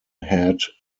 head